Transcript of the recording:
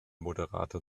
moderator